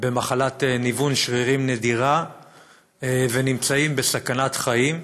במחלת ניוון שרירים נדירה ונמצאים בסכנת חיים.